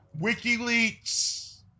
WikiLeaks